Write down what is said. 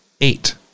eight